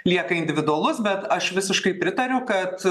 lieka individualus bet aš visiškai pritariu kad